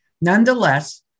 Nonetheless